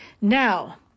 Now